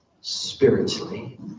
spiritually